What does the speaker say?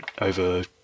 over